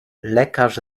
lekarz